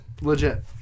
legit